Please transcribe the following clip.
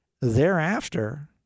Thereafter